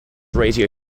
radio